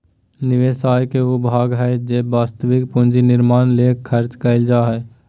निवेश आय के उ भाग हइ जे वास्तविक पूंजी निर्माण ले खर्च कइल जा हइ